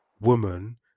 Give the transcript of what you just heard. woman